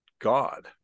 God